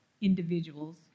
individuals